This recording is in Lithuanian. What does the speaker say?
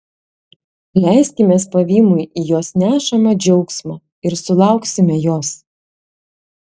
leiskimės pavymui į jos nešamą džiaugsmą ir sulauksime jos